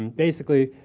and basically,